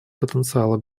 потенциала